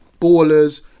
ballers